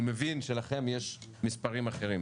אני מבין שלכם יש מספרים אחרים.